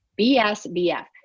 BSBF